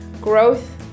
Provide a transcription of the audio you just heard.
growth